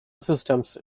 systems